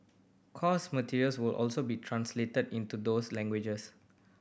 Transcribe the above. course materials will also be translated into those languages